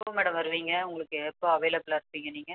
எப்போ மேடம் வருவீங்க உங்களுக்கு எப்போ அவைலபுளாக இருப்பிங்க நீங்கள்